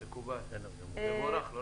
מקובל ואף מבורך.